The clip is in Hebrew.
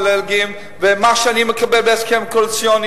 ומה שאני מקבל בהסכם קואליציוני,